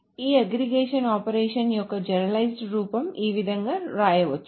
ఈ aggregation operation యొక్క generalised రూపం ఈ విధంగా వ్రాయవచ్చు